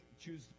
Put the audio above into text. choose